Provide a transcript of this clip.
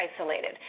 isolated